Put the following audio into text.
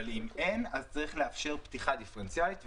אבל אם אין אז צריך לאפשר פתיחה דיפרנציאלית,